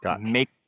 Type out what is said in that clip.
make